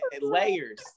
layers